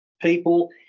people